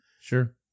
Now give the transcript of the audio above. Sure